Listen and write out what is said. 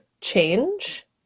change